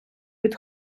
від